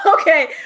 okay